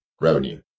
revenue